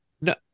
No